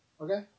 Okay